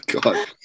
god